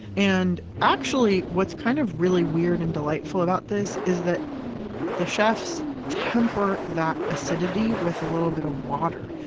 and actually, what's kind of really weird and delightful about this is that the chefs temper that acidity with a little bit of water.